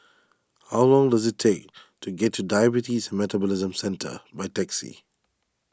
how long does it take to get to Diabetes Metabolism Centre by taxi